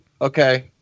Okay